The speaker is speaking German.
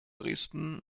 dresden